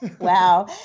Wow